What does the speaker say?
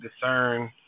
discern